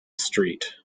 street